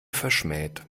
verschmäht